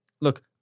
look